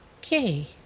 Okay